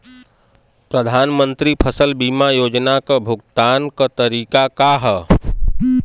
प्रधानमंत्री फसल बीमा योजना क भुगतान क तरीकाका ह?